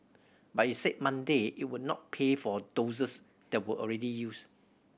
but it said Monday it would not pay for doses that were already used